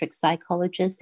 Psychologist